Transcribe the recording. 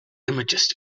images